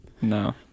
no